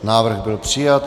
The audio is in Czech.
Návrh byl přijat.